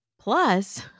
Plus